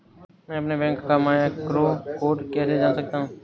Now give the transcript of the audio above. मैं अपने बैंक का मैक्रो कोड कैसे जान सकता हूँ?